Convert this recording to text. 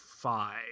Five